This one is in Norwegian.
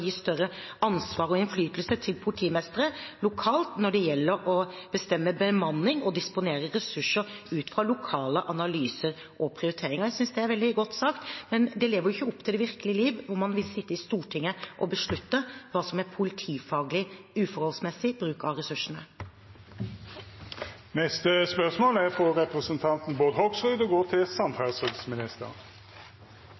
gi større ansvar og innflytelse til politimestere lokalt når det gjelder å bestemme bemanning og disponere ressurser ut fra lokale analyser og prioriteringer. Jeg synes det er veldig godt sagt, men de lever ikke opp til det virkelige liv hvor man vil sitte i Stortinget og beslutte hva som er politifaglig uforholdsmessig bruk av ressursene. «Det er kommet spørsmål